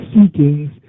seekings